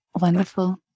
Wonderful